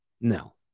No